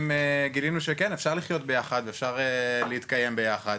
גילינו שכן אפשר לחיות ביחד ואפשר להתקיים יחד.